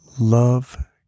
love